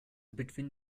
between